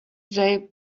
they